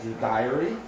diary